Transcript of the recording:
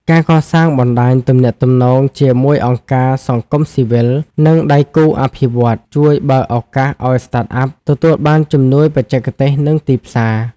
ការកសាងបណ្ដាញទំនាក់ទំនងជាមួយអង្គការសង្គមស៊ីវិល និងដៃគូអភិវឌ្ឍន៍ ជួយបើកឱកាសឱ្យ Startup ទទួលបានជំនួយបច្ចេកទេស និងទីផ្សារ។